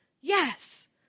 yes